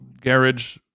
garage